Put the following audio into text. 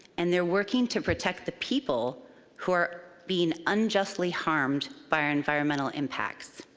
and they're working to protect the people who are being unjustly harmed by our environmental impacts.